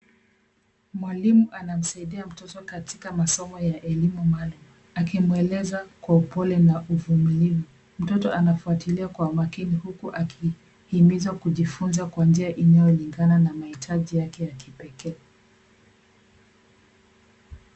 Mwalimu anamsaidia mtoto katika masomo ya elimu maalum, akimueleza kwa upole na uvumilivu. Mtoto anafuatilia kwa umakini huku akihimizwa kujifunza kwa njia inayolingana na mahitaji yake ya kipekee.